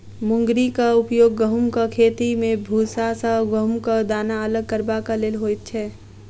मुंगरीक उपयोग गहुमक खेती मे भूसा सॅ गहुमक दाना अलग करबाक लेल होइत छै